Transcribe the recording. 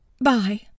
Bye